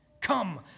Come